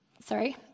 Sorry